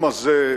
שהתחום הזה,